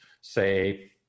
say